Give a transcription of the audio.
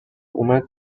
اومد